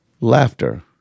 laughter